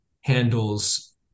handles